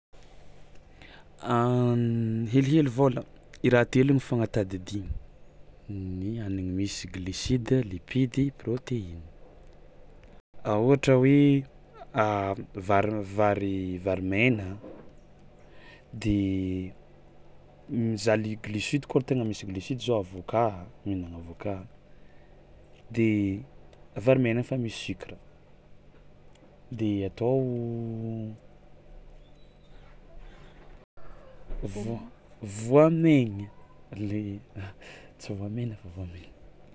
Helihely vôla, i raha telo igny foagna tadidiany ny hanigny misy gliosida, lipidy, prôteina.